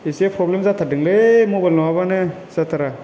एसे प्रब्लेम जाथारदोंलै मबाइल नङाबानो जाथारा